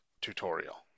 tutorial